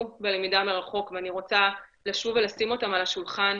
בלמידה מרחוק ואני רוצה לשוב ולשים אותם על השולחן.